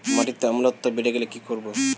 মাটিতে অম্লত্ব বেড়েগেলে কি করব?